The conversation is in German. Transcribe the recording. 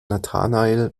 nathanael